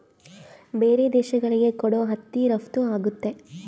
ಬೇರೆ ದೇಶಗಳಿಗೆ ಕೂಡ ಹತ್ತಿ ರಫ್ತು ಆಗುತ್ತೆ